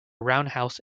roundhouse